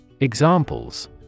Examples